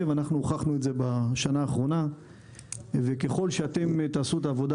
ואנחנו הוכחנו את זה בשנה האחרונה וככל שתעשו את העבודה